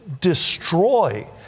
destroy